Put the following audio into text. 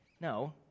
No